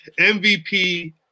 MVP